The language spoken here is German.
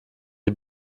die